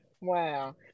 Wow